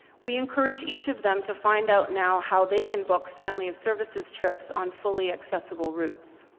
we encourage each of them to find out now how they can book family of services trips on fully accessible routes.